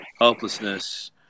helplessness